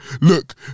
look